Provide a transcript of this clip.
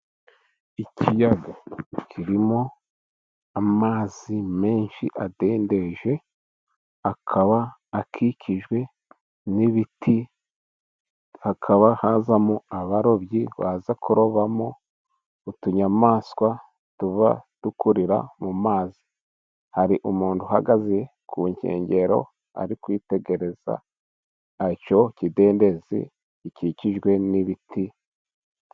Ikiyaga kirimo amazi menshi adendeje akaba akikijwe n'ibiti. Hakaba hazamo abarobyi baza kurobamo utunyamaswa tuba dukurira mu mazi . Hari umuntu uhagaze ku nkengero ari kwitegereza icyo kidendezi gikikijwe n'ibiti.